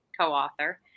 co-author